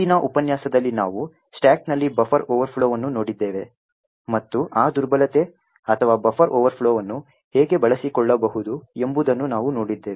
ಹಿಂದಿನ ಉಪನ್ಯಾಸದಲ್ಲಿ ನಾವು ಸ್ಟಾಕ್ನಲ್ಲಿ ಬಫರ್ ಓವರ್ಫ್ಲೋವನ್ನು ನೋಡಿದ್ದೇವೆ ಮತ್ತು ಆ ದುರ್ಬಲತೆ ಅಥವಾ ಬಫರ್ ಓವರ್ಫ್ಲೋವನ್ನು ಹೇಗೆ ಬಳಸಿಕೊಳ್ಳಬಹುದು ಎಂಬುದನ್ನು ನಾವು ನೋಡಿದ್ದೇವೆ